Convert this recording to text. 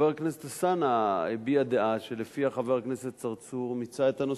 חבר הכנסת אלסאנע הביע דעה שלפיה חבר הכנסת צרצור מיצה את הנושא.